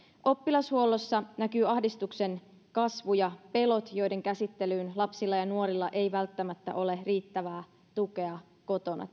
oppilashuollossa näkyy ahdistuksen kasvu ja pelot joiden käsittelyyn lapsilla ja nuorilla ei välttämättä ole riittävää tukea kotona